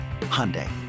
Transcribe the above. Hyundai